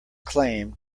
claim